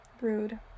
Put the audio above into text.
rude